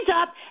up